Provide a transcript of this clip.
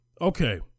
Okay